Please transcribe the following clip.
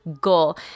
goal